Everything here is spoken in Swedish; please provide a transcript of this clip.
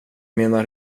menar